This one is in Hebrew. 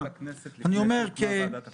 --- של הכנסת לפני שהוקמה ועדת החוקה.